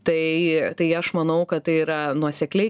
tai tai aš manau kad tai yra nuosekliai